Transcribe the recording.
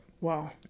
Wow